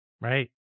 right